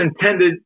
intended